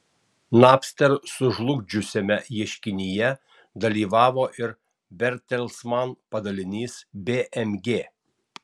napster sužlugdžiusiame ieškinyje dalyvavo ir bertelsman padalinys bmg